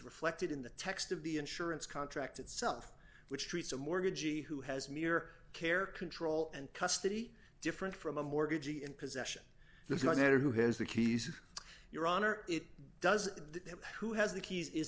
reflected in the text of the insurance contract itself which treats a mortgage he who has mere care control and custody different from a mortgage in possession there's no matter who has the keys your honor it does who has the keys is